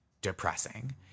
depressing